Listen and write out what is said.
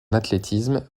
athlétisme